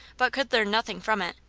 but could learn nothing from it,